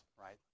right